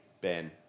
Ben